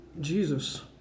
Jesus